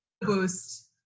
boost